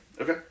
Okay